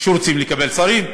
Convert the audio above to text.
שרוצים לקבל תפקידי שרים,